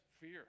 fear